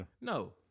No